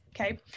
Okay